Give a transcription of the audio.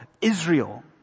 Israel